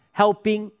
helping